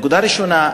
נקודה ראשונה,